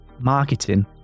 marketing